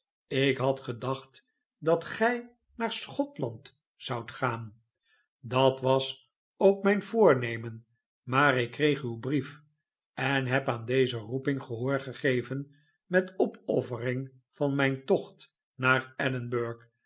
ik had gedacht dat gij naar schotland zoudt gaan dat was ook mijn voornemen maar ik kreeg uw brief en heb aan deze roeping gehoor gegeven met opoffering van mijn tocht naar edinburg